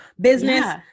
business